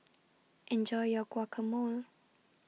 Enjoy your Guacamole